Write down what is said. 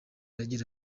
agira